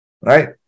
Right